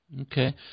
Okay